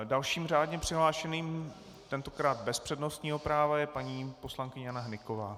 Dalším řádně přihlášeným, tentokrát bez přednostního práva, je paní poslankyně Jana Hnyková.